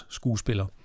skuespiller